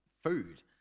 food